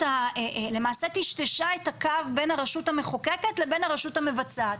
למעשה טישטשה את הקו בין הרשות המחוקקת לבין הרשות המבצעת.